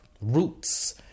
roots